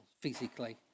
physically